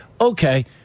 Okay